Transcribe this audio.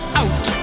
out